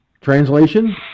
Translation